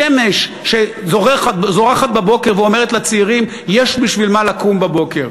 שמש שזורחת בבוקר ואומרת לצעירים שיש בשביל מה לקום בבוקר.